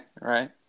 Right